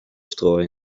strooien